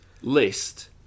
list